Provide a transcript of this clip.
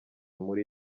muri